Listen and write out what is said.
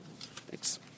Thanks